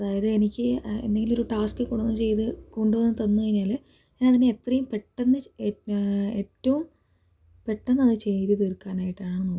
അതായത് എനിക്ക് എന്തെങ്കിലും ഒരു ടാസ്ക് കൊണ്ട് ചെയ്ത് കൊണ്ട് തന്ന് കഴിഞ്ഞാൽ ഞാൻ അതിനെ എത്രയും പെട്ടന്ന് ഏറ്റവും പെട്ടന്ന് അത് ചെയ്തു തീർക്കാൻ ആയിട്ടാണ് നോക്കുക